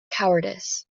cowardice